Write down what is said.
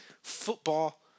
football